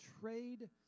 trade